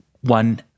One